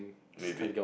maybe